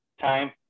time